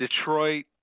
Detroit